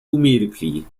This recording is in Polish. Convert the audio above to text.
umilkli